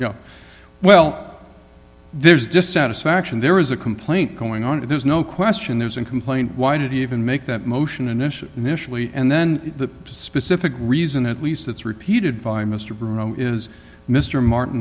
know well there's just satisfaction there is a complaint going on and there's no question there's a complaint why did he even make that motion initially initially and then the specific reason at least that's repeated by mr bruno is mr martin